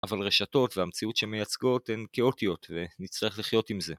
אבל רשתות והמציאות שהן מייצגות הן כאוטיות, ונצטרך לחיות עם זה.